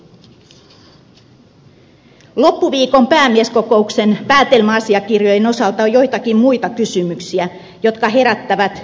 loppuviikon päämieskokouksen päätelmä asiakirjojen osalta on joitakin muita kysymyksiä jotka herättävät ihmetystä